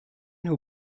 who